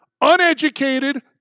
uneducated